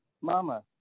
Mama